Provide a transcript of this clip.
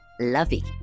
lovey